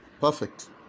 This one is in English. perfect